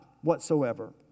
whatsoever